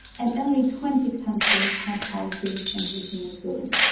and only twenty countries had policies in heating and cooling.